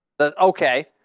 okay